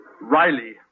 Riley